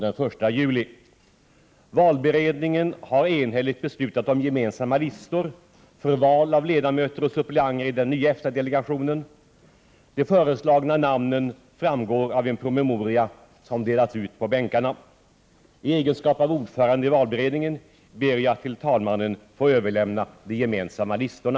Om kammaren bifaller valberedningens förslag kommer nuvarande ledamöter och suppleanter att avsäga sig sina uppdrag, varefter val av den nya delegationen kan företas vid inledningen av kammarsammanträdet den 6 juni.